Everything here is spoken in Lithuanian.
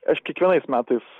aš kiekvienais metais